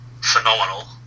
phenomenal